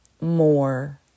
more